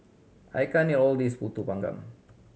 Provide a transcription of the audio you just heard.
I can't eat all of this Pulut Panggang